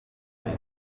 ari